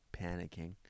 panicking